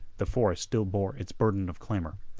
the forest still bore its burden of clamor.